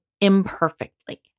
imperfectly